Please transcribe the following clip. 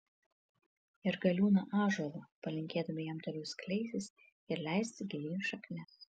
ir galiūną ąžuolą palinkėdami jam toliau skleistis ir leisti gilyn šaknis